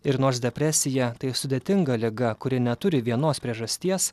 ir nors depresija tai sudėtinga liga kuri neturi vienos priežasties